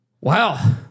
Wow